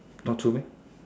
not true meh